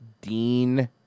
Dean